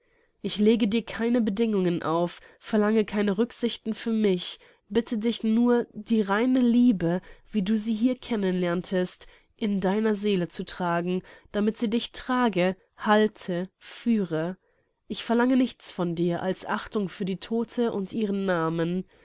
ich lege dir keine bedingungen auf verlange keine rücksichten für mich bitte dich nur die reine liebe wie du sie hier kennen lerntest in deiner seele zu tragen damit sie dich trage halte führe ich verlange nichts von dir als achtung für die todte und ihren namen